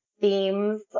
themes